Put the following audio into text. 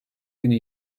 günü